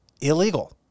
illegal